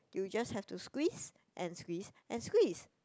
you just have to squeeze and squeeze and squeeze